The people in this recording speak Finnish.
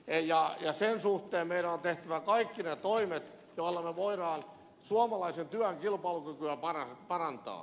sen suhteen meidän on tehtävä kaikki ne toimet joilla me voimme suomalaisen työn kilpailukykyä parantaa